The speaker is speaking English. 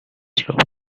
slope